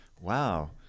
Wow